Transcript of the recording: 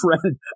friend